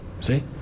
See